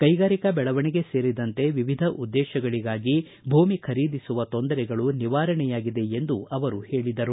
ಕೈಗಾರಿಕಾ ಬೆಳವಣಿಗೆ ಸೇರಿದಂತೆ ವಿವಿಧ ಉದ್ದೇಶಗಳಿಗಾಗಿ ಭೂಮಿ ಖರೀದಿಸುವ ತೊಂದರೆಗಳು ನಿವಾರಣೆಯಾಗಿದೆ ಎಂದು ಅವರು ಹೇಳಿದರು